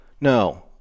No